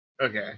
Okay